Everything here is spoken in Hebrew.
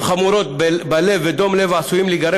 חמורות בלב ודום לב עשויים להיגרם